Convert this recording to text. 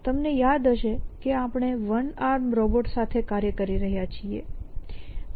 તમને યાદ હશે કે આપણે વન આર્મ રોબોટ સાથે કાર્ય કરી રહ્યા છીએ